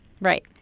Right